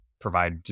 provide